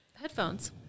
headphones